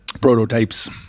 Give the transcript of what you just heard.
Prototypes